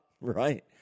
right